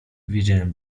wiedziałem